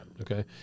okay